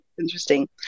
interesting